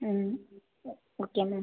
ம் okay ma'am